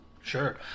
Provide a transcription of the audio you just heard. Sure